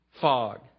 Fog